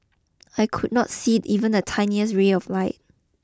I could not see even the tiniest rear of light